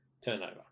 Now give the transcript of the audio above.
turnover